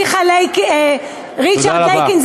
ריצ'רד לייקין,